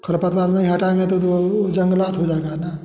खरपतवार नहीं हटाएँगे तो जंगलात हो जाएगा ना